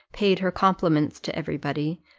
paid her compliments to every body,